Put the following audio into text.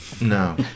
No